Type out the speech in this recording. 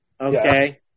okay